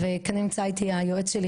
נמצא איתי היועץ שלי,